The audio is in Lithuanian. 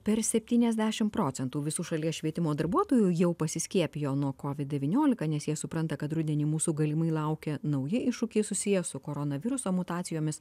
per septyniasdešimt procentų visų šalies švietimo darbuotojų jau pasiskiepijo nuo covid devyniolika nes jie supranta kad rudenį mūsų galimai laukia nauji iššūkiai susiję su koronaviruso mutacijomis